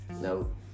No